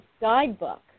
guidebook